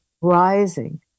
rising